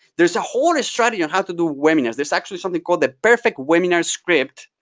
there's a whole strategy on how to do webinars. there's actually something called the perfect webinar script.